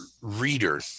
reader